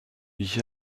ich